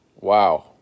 wow